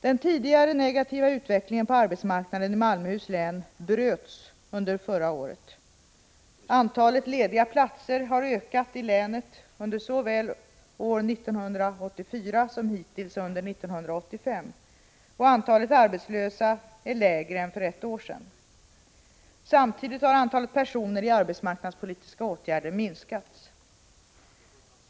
Den tidigare negativa utvecklingen på arbetsmarknaden i Malmöhus län bröts under förra året. Antalet lediga platser har ökat i länet såväl under år 1984 som hittills under år 1985, och antalet arbetslösa är lägre än för ett år sedan. Samtidigt har antalet personer i arbetsmarknadspolitiska åtgärder minskat.